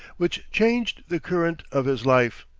which changed the current of his life.